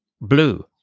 blue